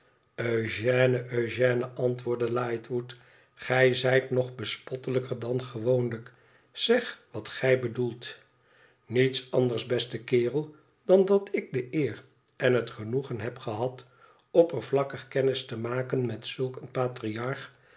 eugène eugène antwoordde lightwood gij zijt nog bespottelijker dan gewoonlijk zeg wat gij bedoelt niets andersj beste kerel dan dat ik de eer en het genoegen heb gehad oppervlakkig kennis temaken met zulk een patriarch